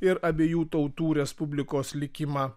ir abiejų tautų respublikos likimą